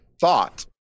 thought